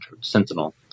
Sentinel